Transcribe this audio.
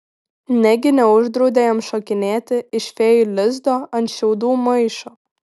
negi neuždraudė jam šokinėti iš fėjų lizdo ant šiaudų maišo